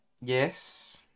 Yes